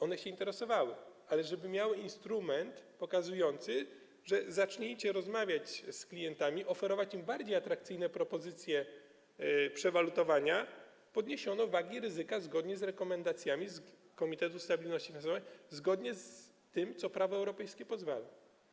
One się interesowały, ale żeby miały instrument pokazujący: zacznijcie rozmawiać z klientami i oferować im bardziej atrakcyjne propozycje przewalutowania, podniesiono wagi ryzyka zgodnie z rekomendacjami Komitetu Stabilności Finansowej, zgodnie z tym, na co prawo europejskie pozwala.